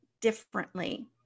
differently